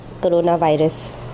coronavirus